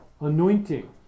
anointing